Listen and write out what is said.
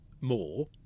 more